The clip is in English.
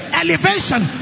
elevation